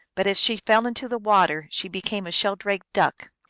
but as she fell into the water she became a sheldrake duck.